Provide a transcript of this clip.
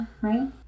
right